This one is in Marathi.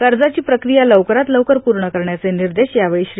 कर्जाची प्रक्रिया लवकरात लवकर पूर्ण करण्याचे निर्देश यावेळी श्री